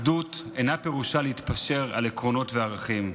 אחדות אין פירושה להתפשר על עקרונות וערכים.